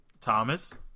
Thomas